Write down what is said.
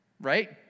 Right